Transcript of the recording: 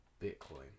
Bitcoin